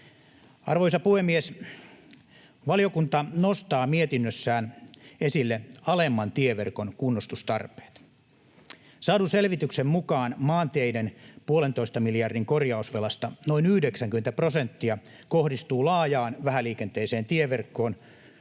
Arvoisa puhemies! Valiokunta nostaa mietinnössään esille alemman tieverkon kunnostustarpeet. Saadun selvityksen mukaan maanteiden puolentoista miljardin korjausvelasta noin 90 prosenttia kohdistuu laajaan vähäliikenteiseen tieverkkoon,